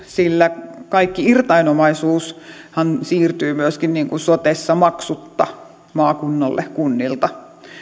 sillä kaikki irtain omaisuushan siirtyy myöskin sotessa maksutta maakunnalle kunnilta